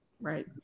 Right